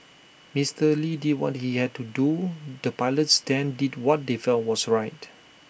Mister lee did what he had to do the pilots then did what they felt was right